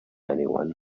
anyone